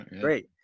Great